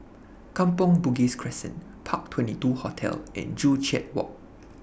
Kampong Bugis Crescent Park twenty two Hotel and Joo Chiat Walk